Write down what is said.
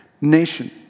nation